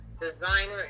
designer